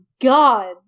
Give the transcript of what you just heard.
god